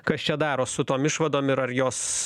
kas čia daros su tom išvadom ir ar jos